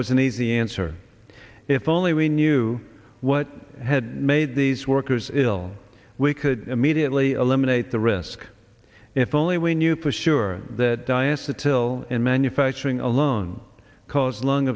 was an easy answer if only we knew what had made these workers ill we could immediately eliminate the risk if only we knew for sure that diaster tyll in manufacturing alone cause lung